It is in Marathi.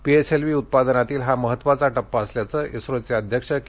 पीएसएलव्ही उत्पादनातील हा महत्त्वाचा टप्पा असल्याचं इस्रोचे अध्यक्ष के